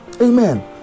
Amen